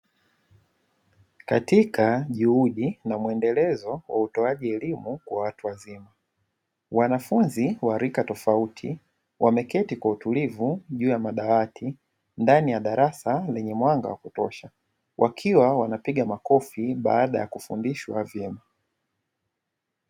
Katika juhudu na mwendelezo wa utoaji wa elimu kwa watu wazima. Wanafunzi wa rika tofauti wameketi kwa utulivu juu ya madawati ndani ya darasa lenye mwanga wa kutosha. Wakiwa wanapiga makofi baada ya kufundishwa vyema.